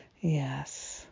yes